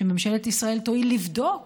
שממשלת תואיל לבדוק